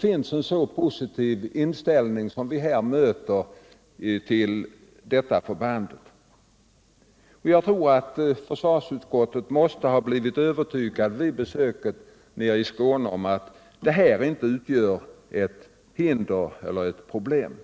en så positiv inställning som vi här möter till detta förband. Jag tror att försvarsutskottet vid besöket i Skåne måste ha blivit övertygat om att tillgången på mark inte utgör något hinder eller problem.